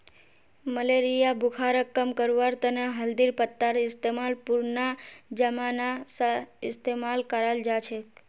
malaria बुखारक कम करवार तने हल्दीर पत्तार इस्तेमाल पुरना जमाना स इस्तेमाल कराल जाछेक